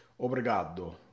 Obrigado